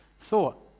thought